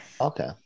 okay